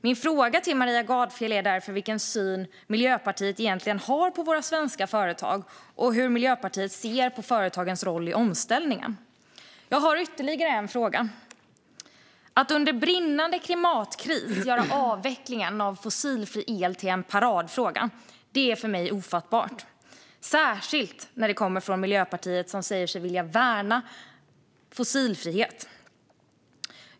Min fråga till Maria Gardfjell är därför vilken syn Miljöpartiet egentligen har på våra svenska företag och hur Miljöpartiet ser på företagens roll i omställningen. Jag har ytterligare en fråga. Att under brinnande klimatkris göra avvecklingen av fossilfri el till en paradfråga är för mig ofattbart, särskilt när det kommer från Miljöpartiet, som säger sig vilja värna fossilfrihet.